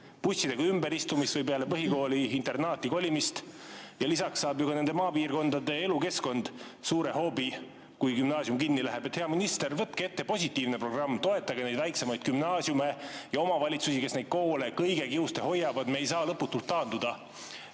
busside ja ümberistumistega või peale põhikooli internaati kolimist? Lisaks saab ju ka nende maapiirkondade elukeskkond suure hoobi, kui gümnaasium kinni läheb. Hea minister, võtke ette positiivne programm: toetage neid väiksemaid gümnaasiume ja omavalitsusi, kes neid koole kõige kiuste hoiavad. Me ei saa lõputult taanduda.